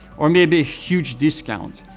or maybe a huge discount,